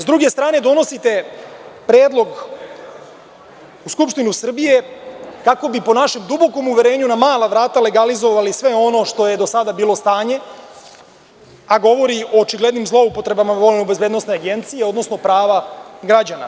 S druge strane donosite predlog u Skupštinu Srbije, kako bi, po našem dubokom uverenju, na mala vrata legalizovali sve ono što je do sada bilo stanje, a govori o očiglednim zloupotrebama VOA, odnosno prava građana.